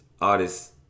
artists